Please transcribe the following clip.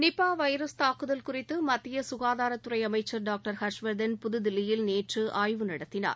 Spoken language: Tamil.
நிபா வைரஸ் தாக்குதல் குறித்து மத்திய குகாதாரத்துறை அமைச்சர் டாக்டர் ஹர்ஷவர்தன் புதுதில்லியில் நேற்று ஆய்வு நடத்தினார்